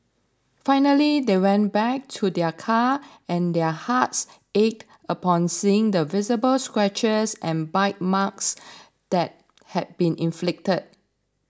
finally they went back to their car and their hearts ached upon seeing the visible scratches and bite marks that had been inflicted